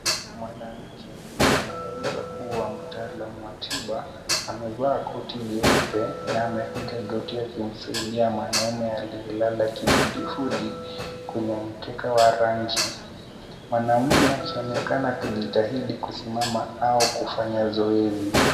Mwanamke anyeweza kuwa mtaalam wa tiba, amevaa koti nyeupe na amepiga goti akimsaidia mwanaume aliye lala kifudi fudi kwenye mkeka wa rangi. Mwanamume akionekana akijitahidi kusimama au kufanya zoezi.